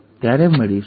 ત્યારે મળીશું